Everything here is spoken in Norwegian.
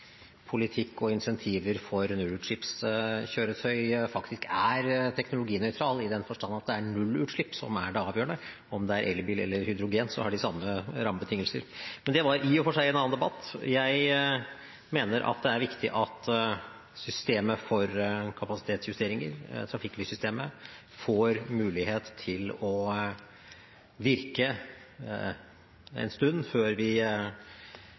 politikk og våre incentiver for nullutslippskjøretøy faktisk er teknologinøytrale i den forstand at det er nullutslipp som er det avgjørende – om det er elbil eller hydrogenbil, så har de samme rammebetingelser. Men det var i og for seg en annen debatt. Jeg mener at det er viktig at systemet for kapasitetsjusteringer, trafikklyssystemet, får mulighet til å virke en stund før vi